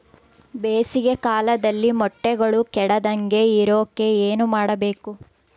ಬೇಸಿಗೆ ಕಾಲದಲ್ಲಿ ಮೊಟ್ಟೆಗಳು ಕೆಡದಂಗೆ ಇರೋಕೆ ಏನು ಮಾಡಬೇಕು?